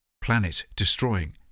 planet-destroying